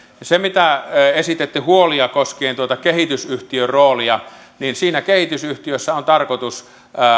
siitä mistä esititte huolia koskien tuota kehitysyhtiöroolia siinä kehitysyhtiössä on tarkoitus